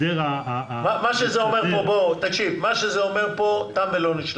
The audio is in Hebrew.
שזה תם ולא נשלם.